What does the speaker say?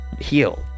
heal